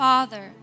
Father